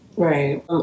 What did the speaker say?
Right